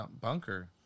bunker